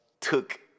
took